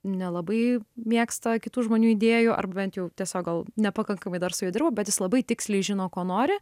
nelabai mėgsta kitų žmonių idėjų ar bent jau tiesiog gal nepakankamai dar su juo dirbau bet jis labai tiksliai žino ko nori